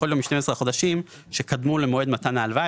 כל יום ב-12 החודשים שקדמו למועד מתן ההלוואה.